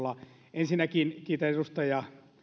ensinnäkin kiitän edustaja